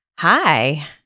Hi